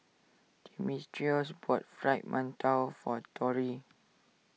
Dimitrios bought Fried Mantou for Tori